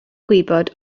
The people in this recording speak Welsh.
gwybod